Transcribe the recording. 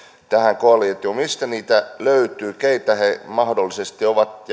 tähän koalitioon mistä niitä löytyy keitä he mahdollisesti ovat